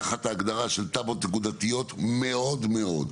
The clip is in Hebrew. תחת ההגדרה של תב"עות נקודתיות מאוד מאוד.